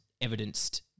evidenced